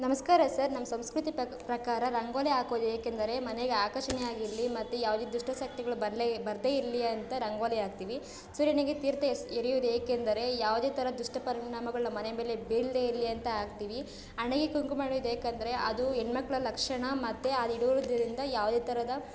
ನಮಸ್ಕಾರ ಸರ್ ನಮ್ಮ ಸಂಸ್ಕೃತಿ ಪ್ರಕಾರ ರಂಗೋಲೆ ಹಾಕೋದ್ ಏಕೆಂದರೆ ಮನೆಗೆ ಆಕರ್ಷಣೆಯಾಗಿರಲಿ ಮತ್ತು ಯಾವುದೇ ದುಷ್ಟಶಕ್ತಿಗಳು ಬರಲೇ ಬರದೇ ಇರಲಿ ಅಂತ ರಂಗೋಲೆ ಹಾಕ್ತೀವಿ ಸೂರ್ಯನಿಗೆ ತೀರ್ಥ ಎಸ್ ಎರೆಯೋದು ಏಕೆಂದರೆ ಯಾವುದೇ ಥರ ದುಷ್ಟ ಪರಿಣಾಮಗಳು ನಮ್ಮ ಮನೆ ಮೇಲೆ ಬೀಳದೆ ಇರಲಿ ಅಂತ ಹಾಕ್ತೀವಿ ಹಣೆಗೆ ಕುಂಕುಮ ಇಡೋದೇಕೆಂದರೆ ಅದು ಹೆಣ್ಮಕ್ಳ ಲಕ್ಷಣ ಮತ್ತು ಅದು ಇಡೋದರಿಂದ ಯಾವುದೇ ಥರದ